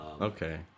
okay